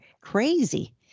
Crazy